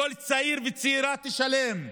כל צעיר וצעירה ישלמו,